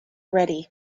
ready